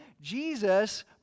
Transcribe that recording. Jesus